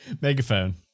Megaphone